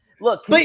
Look